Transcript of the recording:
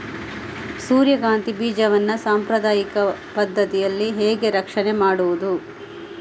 ಸೂರ್ಯಕಾಂತಿ ಬೀಜವನ್ನ ಸಾಂಪ್ರದಾಯಿಕ ಪದ್ಧತಿಯಲ್ಲಿ ಹೇಗೆ ರಕ್ಷಣೆ ಮಾಡುವುದು